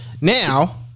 now